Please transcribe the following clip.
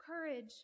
courage